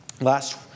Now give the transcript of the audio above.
last